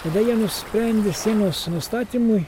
tada jie nusprendė seimas nustatymui